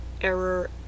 error